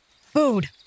food